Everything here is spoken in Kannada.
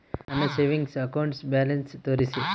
ನನ್ನ ಸೇವಿಂಗ್ಸ್ ಅಕೌಂಟ್ ಬ್ಯಾಲೆನ್ಸ್ ತೋರಿಸಿ?